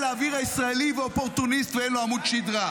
האוויר הישראלי ואופורטוניסט ואין לו עמוד שדרה,